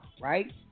right